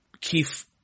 Keith